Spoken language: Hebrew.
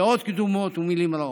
דעות קדומות ומילים רעות.